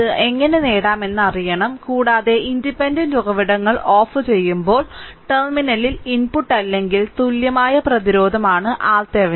അത് എങ്ങനെ നേടാമെന്ന് അറിയണം കൂടാതെ ഇൻഡിപെൻഡന്റ് ഉറവിടങ്ങൾ ഓഫുചെയ്യുമ്പോൾ ടെർമിനലിൽ ഇൻപുട്ട് അല്ലെങ്കിൽ തുല്യമായ പ്രതിരോധമാണ് RThevenin